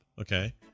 Okay